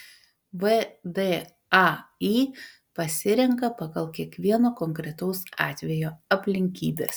vdai pasirenka pagal kiekvieno konkretaus atvejo aplinkybes